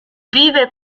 vive